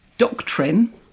doctrine